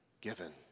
given